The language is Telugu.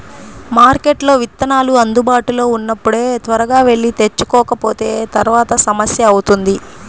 మార్కెట్లో విత్తనాలు అందుబాటులో ఉన్నప్పుడే త్వరగా వెళ్లి తెచ్చుకోకపోతే తర్వాత సమస్య అవుతుంది